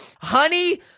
Honey